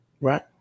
right